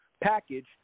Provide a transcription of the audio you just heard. package